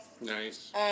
Nice